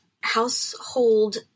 household